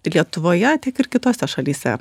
lietuvoje tiek ir kitose šalyse